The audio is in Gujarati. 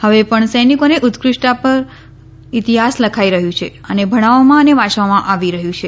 હવે પણ સૈનિકોની ઉત્કૃષ્ટતા પર ઇતિહાસ લખાઈ રહ્યું છે અને ભણાવવામાં અને વાંચવામાં આવી રહ્યું છે